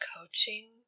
coaching